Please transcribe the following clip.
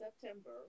September